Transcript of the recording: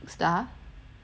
oh orh